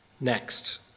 Next